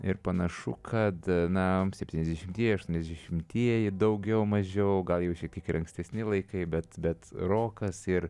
ir panašu kad na septyniasdešimtieji aštuoniasdešimtieji daugiau mažiau gal jau šiek tiek ir ankstesni laikai bet bet rokas ir